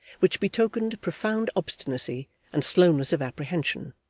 which betokened profound obstinacy and slowness of apprehension,